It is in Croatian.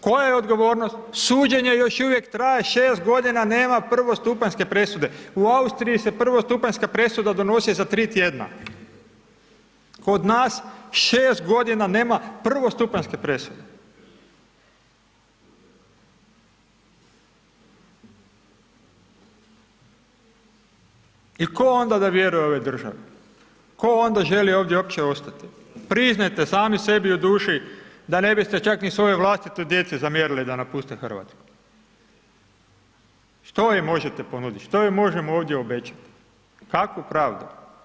Koja je odgovornost, suđenje još uvijek traje, 6 godina nema prvostupanjske presude, u Austriji se prvostupanjska presuda donosi za 3 tjedna, kod nas 6 godina nema prvostupanjske presude i tko onda da vjeruje ovoj državi, tko onda želi ovdje uopće ostati, priznajte sami sebi u duši da ne biste čak ni svojoj vlastitoj djeci zamjerili da napuste RH, što im možete ponudit, što im možemo ovdje obećati, kakvu pravdu?